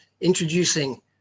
introducing